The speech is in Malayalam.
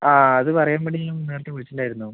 ആ അത് പറയാൻ വേണ്ടി ഞാൻ നേരത്തെ വിളിച്ചിട്ടുണ്ടായിരുന്നു